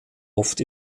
oft